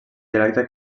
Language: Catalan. dialecte